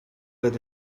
with